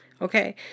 okay